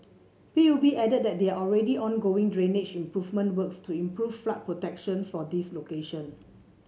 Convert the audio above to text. P U B added that there are already ongoing drainage improvement works to improve flood protection for these location